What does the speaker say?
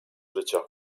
życia